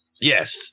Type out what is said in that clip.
Yes